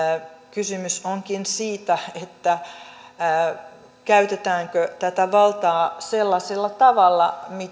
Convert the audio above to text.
kysymys onkin siitä käytetäänkö tätä valtaa sellaisella tavalla